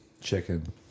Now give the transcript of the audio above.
Chicken